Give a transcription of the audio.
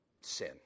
sin